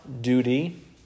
duty